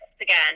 again